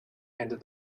and